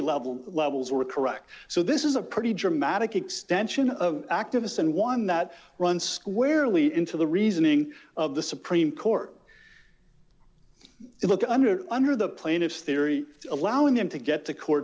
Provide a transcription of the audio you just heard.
level levels were correct so this is a pretty dramatic extension of activists and one that runs squarely into the reasoning of the supreme court to look under under the plaintiff's theory allowing them to get to court